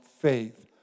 faith